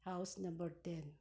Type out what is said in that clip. house number ten